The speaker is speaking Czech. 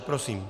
Prosím.